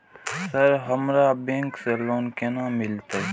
Sir हमरा bank से loan केना मिलते?